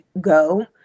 go